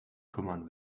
kümmern